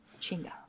Chinga